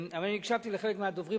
אבל אני הקשבתי לחלק מהדוברים,